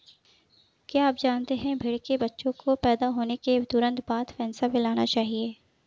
क्या आप जानते है भेड़ के बच्चे को पैदा होने के बाद तुरंत फेनसा पिलाना चाहिए?